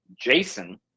Jason